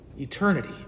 eternity